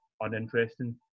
uninteresting